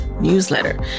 newsletter